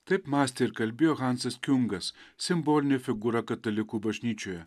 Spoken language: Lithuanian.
taip mąstė ir kalbėjo hansas kiungas simbolinė figūra katalikų bažnyčioje